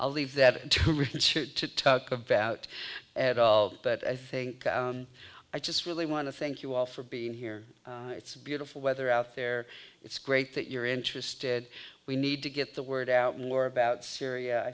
i'll leave that to richard to talk about at all but i think i just really want to thank you all for being here it's beautiful weather out there it's great that you're interested we need to get the word out more about syria i